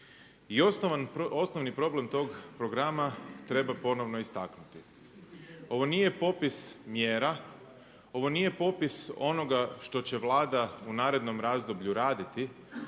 I osnovni problem tog programa treba ponovno istaknuti. Ovo nije popis mjera, ovo nije popis onoga što će Vlada u narednom razdoblju raditi